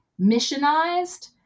missionized